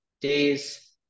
days